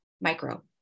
Micro